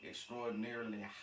Extraordinarily